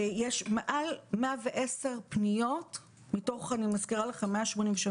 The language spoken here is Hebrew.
יש מעל 110 פניות מתוך 187,